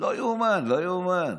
לא יאומן, לא יאומן,